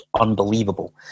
unbelievable